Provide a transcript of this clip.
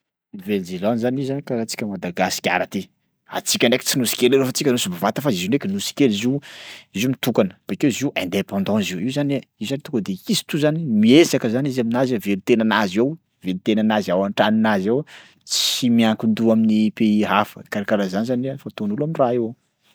Nouvelle-Zélande zany io zany karaha antsika à Madagasikara aty, antsika indraiky tsy nosy kely leroa fa tsika nosy bevata fa zio ndraiky nosy kely zio, izy io mitokana bakeo izy io indépendant zio, io zany e io zany tonga de izy to zany mihezaka zany izy aminazy havelon-tenanazy ao, havelon-tenanazy ao an-tranonazy ao, tsy miakin-doha amin'ny pays hafa karakaraha zany zany a fataon'olo am'raha io.